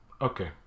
Okay